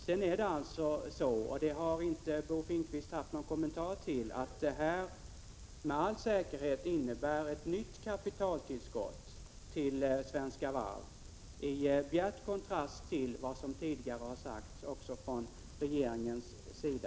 Bo Finnkvist har inte haft någon kommentar till att ett bifall till propositionen med all säkerhet innebär ett nytt kapitaltillskott till Svenska Varv, i bjärt kontrast till vad som tidigare har sagts också från regeringens sida.